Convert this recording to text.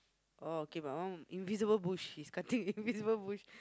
orh okay my one invisible bush he's cutting invisible bush